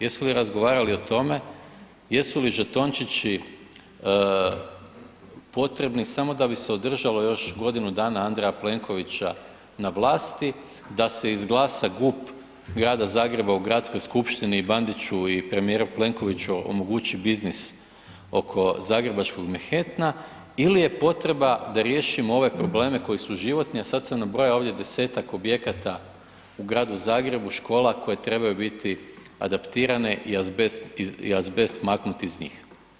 Jesu li razgovarali o tome jesu li žetončići potrebni samo da bi se održalo još godinu dana Andreja Plenkovića na vlasti, da se izglada GUP Grada Zagreba u Gradskoj skupštini i Bandiću i premijeru Plenkoviću omogući biznis oko zagrebačkog Manhattana ili je potreba da riješimo ove probleme koji su životni, a sada sam nabrojao ovdje desetak objekata u gradu Zagrebu, škola koje trebaju biti adaptirane i azbest maknuti iz njih.